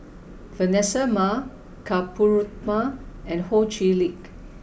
Vanessa Mae Ka Perumal and Ho Chee Lick